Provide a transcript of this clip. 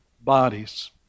bodies